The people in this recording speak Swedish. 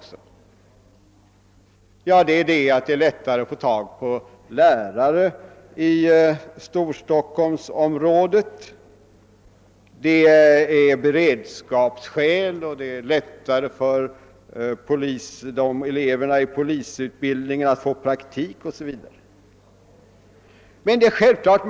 Skälen är att det är lättare att få tag på lärare och att det är lättare för eleverna att få praktiktjänstgöring i Storstockholmsområdet. Man =: anför dessutom beredskapsskäl.